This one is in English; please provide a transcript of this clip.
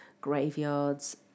graveyards